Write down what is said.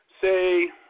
say